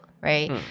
right